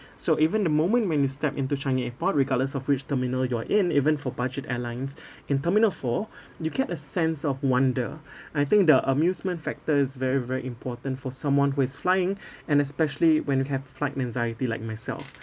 so even the moment when you step into changi airport regardless of which terminal you are in even for budget airlines in terminal four you get a sense of wonder I think the amusement factor is very very important for someone who is flying and especially when you have flight anxiety like myself